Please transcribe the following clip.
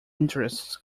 interests